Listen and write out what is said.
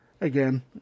Again